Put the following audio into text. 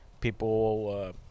people